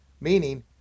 meaning